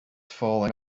falling